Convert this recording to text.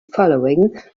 following